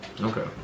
Okay